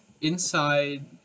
inside